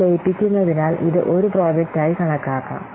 അവ ലയിപ്പിക്കുന്നതിനാൽ ഇത് ഒരു പ്രോജക്റ്റായി കണക്കാക്കാം